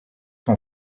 son